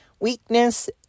weakness